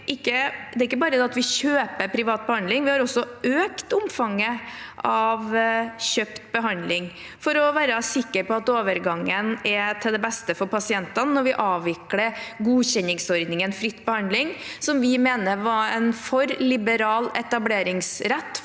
har vi ikke bare kjøpt privat behandling, vi har også økt omfanget av kjøpt behandling for å være sikker på at overgangen er til beste for pasientene når vi avvikler godkjenningsordningen i fritt behandlingsvalg, som vi mener var en for liberal etableringsrett